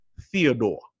Theodore